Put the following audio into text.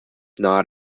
not